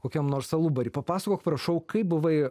kokiam nors alubary papasakok prašau kaip buvai